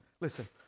Listen